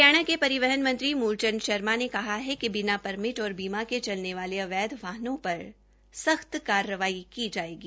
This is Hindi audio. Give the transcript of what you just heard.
हरियाणा के परिवहन मंत्री मुल चंद शर्मा ने कहा है कि बिना परमिट और बीमा के चलने वाले अवैध वाहनों पर संख्त कार्रवाई की जायेगी